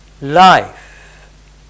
life